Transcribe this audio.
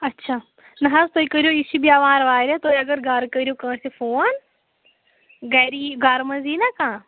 اچھا نا حظ تُہۍ کٔرِو یہِ چھِ بیٚمار واریاہ تُہۍ اگر گَرٕ کٔرِو کٲنٛسہِ فون گَرِ ییی گَرٕ منٛزٕ یِیہِ نا کانٛہہ